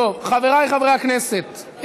חבריי חברי הכנסת,